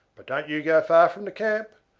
but don't you go far from the camp,